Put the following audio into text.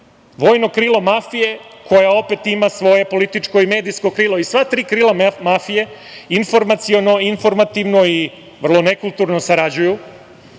vojno krilo mafije koja opet ima svoje političko i medijsko krilo, i sva tri krila mafije informaciono, informativno i vrlo nekulturno sarađuju,